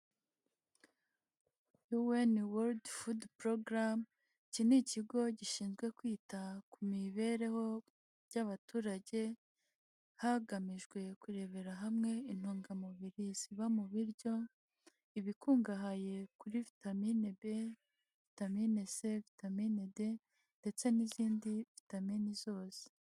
UN World Food Program, iki ni ikigo gishinzwe kwita ku mibereho y'abaturage, hagamijwe kurebera hamwe intungamubiri ziba mu biryo, ibikungahaye kuri vitamine B, vitamine C, vitamine D ndetse n'izindi vitamine zose.